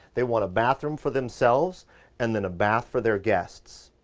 they want a bathroom for themselves and then a bath for their guests,